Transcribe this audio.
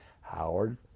Howard